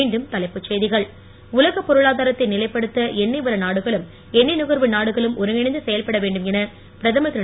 மீண்டும் தலைப்புச் செய்திகள் உலகப் பொருளாதாரத்தை நிலைப்படுத்த எண்ணெய் வள நாடுகளும் எண்ணெய் நுகர்வு நாடுகளும் ஒருங்கிணைந்து செயல்பட வேண்டும் என பிரதமர் திரு